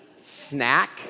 snack